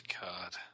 God